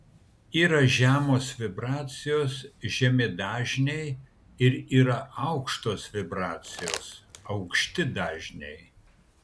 yra žemos vibracijos žemi dažniai ir yra aukštos vibracijos aukšti dažniai